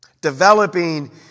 Developing